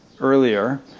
earlier